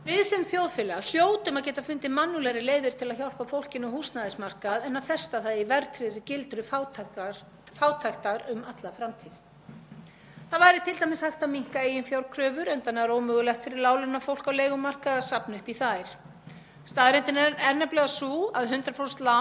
Það væri t.d. hægt að minnka eiginfjárkröfur, enda er nær ómögulegt fyrir láglaunafólk á leigumarkaði að safna upp í þær. Staðreyndin er nefnilega sú að 100% lán væri bara allt í lagi svo lengi sem það er ekki verðtryggt. Einnig væri hægt að bjóða upp á lengri lánstíma í byrjun standist lántakandi ekki greiðslumat fyrir láni til 40 ára.